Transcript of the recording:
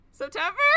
September